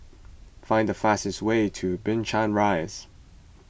find the fastest way to Binchang Rise